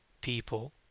people